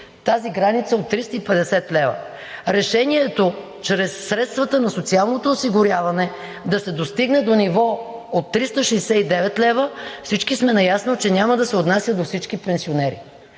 тази граница от 350 лв. Решението – чрез средствата на социалното осигуряване да се достигне до ниво от 369 лв., всички сме наясно, че няма да се отнася до всички пенсионери.